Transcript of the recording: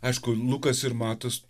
aišku lukas ir matas